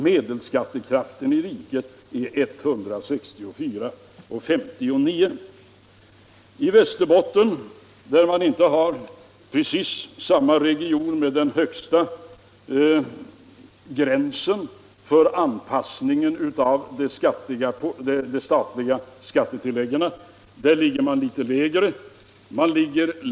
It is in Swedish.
Medelskattekraften i riket är som sagt 164:59. I Västerbotten, där man inte har precis samma region med den högsta gränsen för anpassningen av de statliga skattetilläggen, ligger talen litet lägre.